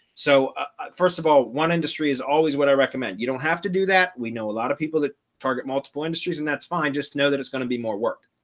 so ah first of all, one industry is always what i recommend, you don't have to do that. we know a lot of people that target multiple industries, and that's fine. just know that it's going to be more work.